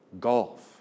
golf